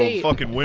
ah fucking